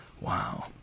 Wow